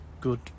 good